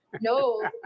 No